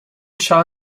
cha